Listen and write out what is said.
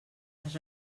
les